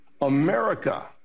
America